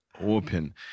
open